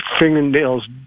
fingernails